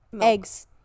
Eggs